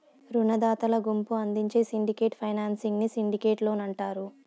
రునదాతల గుంపు అందించే సిండికేట్ ఫైనాన్సింగ్ ని సిండికేట్ లోన్ అంటారు